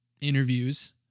interviews